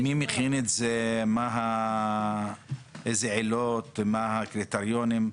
מי מכין אותה, איזה עילות, מה הקריטריונים?